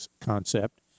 concept